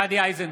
(קורא בשמות חברי הכנסת) גדי איזנקוט,